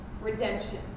redemption